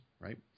right